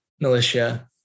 militia